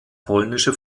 polnische